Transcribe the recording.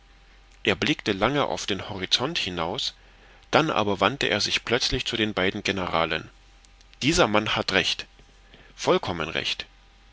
er blickte lange auf den horizont hinaus dann aber wandte er sich plötzlich zu den beiden generalen dieser mann hat recht vollkommen recht